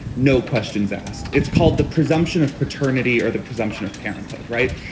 no questions asked. it's called the presumption of paternity or the presumption of parenthood. right.